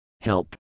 help